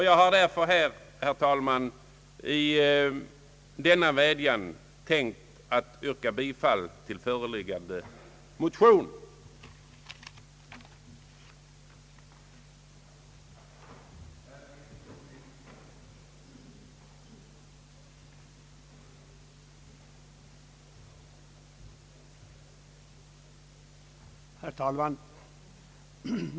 Jag vill därför yrka bifall till föreliggande motion.